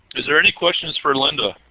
is there any questions for lynda?